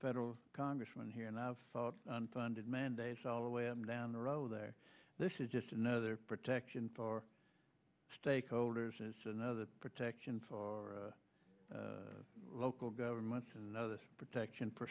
federal congressman here and i've thought unfunded mandates all the way up down the road there this is just another protection for stakeholders it's another protection for local governments and other protection for